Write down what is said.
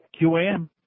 QAM